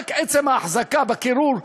רק עצם ההחזקה בקירור,